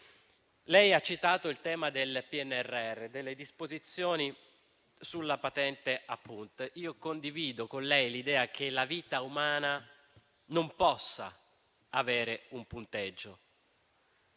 Lei ha citato il tema del PNRR e delle disposizioni sulla patente a punti. Condivido con lei l'idea che la vita umana non possa avere un punteggio